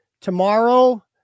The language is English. Tomorrow